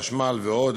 חשמל ועוד,